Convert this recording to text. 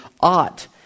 ought